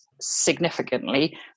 significantly